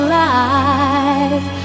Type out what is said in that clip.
life